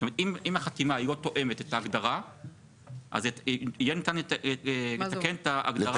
זאת אומרת אם החתימה לא תואמת את ההגדרה אז יהיה ניתן לתקן את ההגדרה.